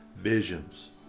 visions